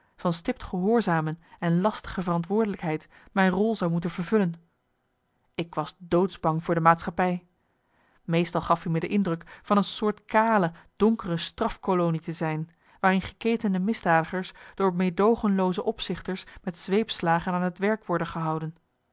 van stipt gehoorzamen en lastige verantwoordelijkheid mijn rol zou moeten vervullen ik was doodsbang voor de maatschappij meestal gaf i me de indruk van een soort kale donkere marcellus emants een nagelaten bekentenis straf kolonie te zijn waarin geketende misdadigers door meedoogenlooze opzichters met zweepslagen aan het werk worden gehouden